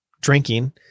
drinking